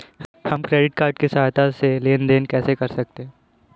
हम credit card की सहायता से लेन देन कैसे कर सकते हैं?